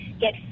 get